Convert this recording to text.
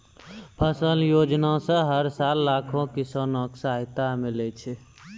फसल योजना सॅ हर साल लाखों किसान कॅ सहायता मिलै छै